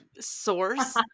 source